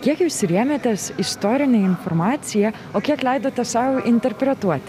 kiek jūs remiatės istorine informacija o kiek leidote sau interpretuoti